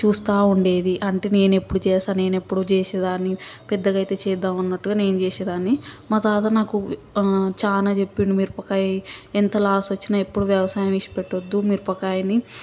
చూస్తూ ఉండేది అంటే నేనెప్పుడు చేస్తా నేనెప్పుడు చేసేది అని పెద్దగయితే చేద్దామన్నట్టుగా నేను చేసేదాన్ని మా తాత నాకు చాలా చెప్పిండు మిరపకాయి ఎంత లాస్ వచ్చినా ఎప్పుడు వ్యవసాయం విడిచిపెట్టొద్దు మిరపకాయని